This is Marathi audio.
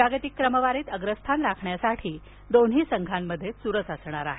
जागतिक क्रमवारीत अग्रस्थान राखण्यासाठी दोन्ही संघांमध्ये चुरस असणार आहे